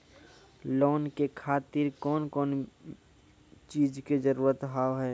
Loan के खातिर कौन कौन चीज के जरूरत हाव है?